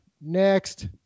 Next